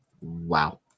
Wow